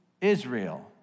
Israel